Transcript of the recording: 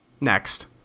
Next